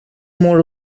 more